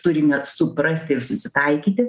turime suprasti ir susitaikyti